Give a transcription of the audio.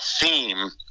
theme